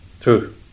True